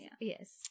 yes